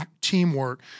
teamwork